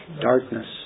darkness